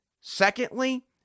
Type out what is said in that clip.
Secondly